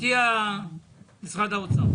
משרד האוצר.